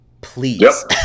Please